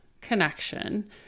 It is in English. connection